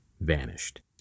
vanished